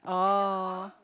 oh